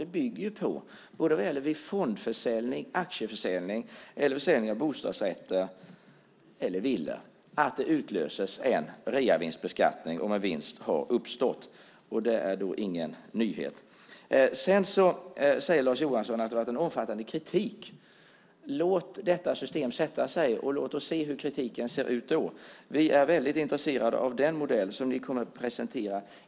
Det bygger på att det vid fondförsäljning, aktieförsäljning eller försäljning av bostadsrätter och villor utlöses en reavinstskatt om en vinst har uppstått, och det är ingen nyhet. Sedan säger Lars Johansson att det har framförts en omfattande kritik. Låt detta system sätta sig, och låt oss se hur kritiken ser ut då. Vi är väldigt intresserade av den modell som ni kommer att presentera.